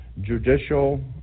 judicial